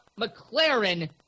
McLaren